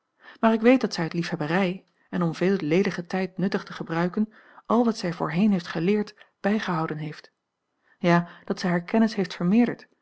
maar ik weet dat zij uit liefhebberij en om veel ledigen tijd nuttig te gebruiken al wat zij voorheen heeft geleerd bijgehouden heeft ja dat zij hare kennis heeft vermeerderd